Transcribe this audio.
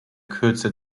kürze